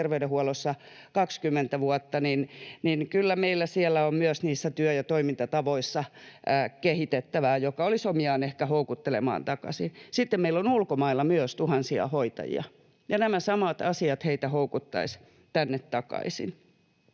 terveydenhuollossa 20 vuotta, niin kyllä meillä siellä on myös niissä työ- ja toimintatavoissa kehitettävää, mikä olisi omiaan ehkä houkuttelemaan takaisin. Sitten meillä on ulkomailla myös tuhansia hoitajia, ja nämä samat asiat heitä houkuttaisivat tänne takaisin.